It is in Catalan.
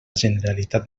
generalitat